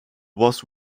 was